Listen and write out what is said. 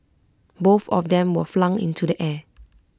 both of them were flung into the air